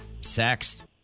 Sex